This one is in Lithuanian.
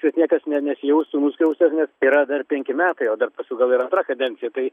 kad niekas ne nesijaustų skriaustas nes yra dar penki metai o dar paskui gal ir antra kadencija tai